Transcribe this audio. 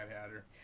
Hatter